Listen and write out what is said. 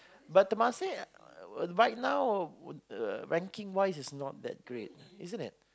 but Temasek right now uh ranking wise is not that great isn't it